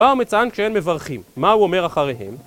בא ומצאן כשהן מברכים, מה הוא אומר אחריהם?